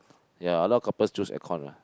ya a lot couples choose air con uh